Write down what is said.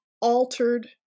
Altered